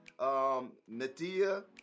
Nadia